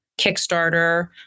Kickstarter